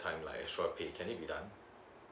like extra pay can it be done